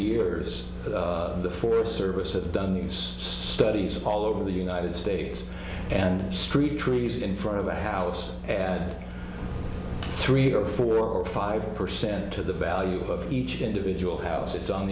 years the forest service have done these studies all over the united states and street trees in front of a house at three or four or five percent to the value of each individual house it's on